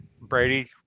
Brady